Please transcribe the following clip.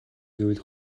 гэвэл